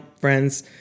friends